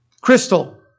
Crystal